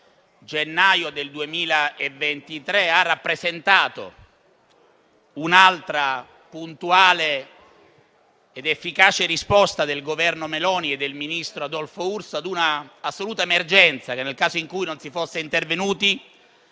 gennaio 2023 ha rappresentato un'altra puntuale ed efficace risposta del Governo Meloni e del ministro Adolfo Urso ad una assoluta emergenza che nel caso in cui non si fosse intervenuti,